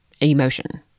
emotion